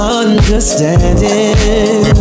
understanding